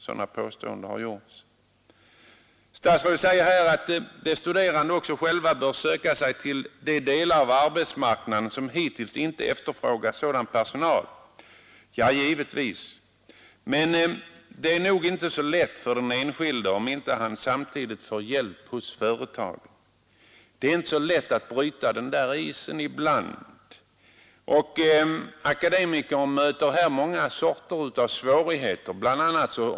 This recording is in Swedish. Statsrådet säger här, att de studerande också själva bör söka sig till de delar av arbetsmarknaden som hittills inte efterfrågat sådan personal. Ja, givetvis, men det är nog inte så lätt för den enskilde om han inte samtidigt får hjälp hos företagen. Det är inte så lätt att bryta isen alla gånger. Akademikern möter många slag av svårigheter.